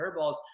curveballs